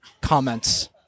comments